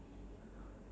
ya